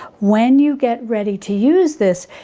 when you get ready to use this,